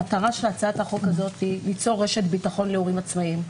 המטרה של הצעת חוק זו היא לפרוס רשת ביטחון עבור הורים עצמאיים,